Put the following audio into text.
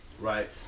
right